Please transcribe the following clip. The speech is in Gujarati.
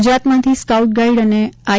ગુજરાતમાંથી સ્કાઉટ ગાઈડ અને આઈ